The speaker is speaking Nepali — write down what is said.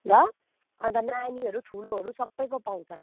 ल अन्त नानीहरू ठुलोहरू सबैको पाउँछ